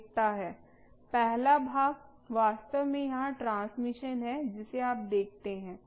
पहला भाग वास्तव में यहाँ ट्रांसमिशन है जिसे आप देखते हैं